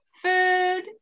Food